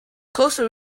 costa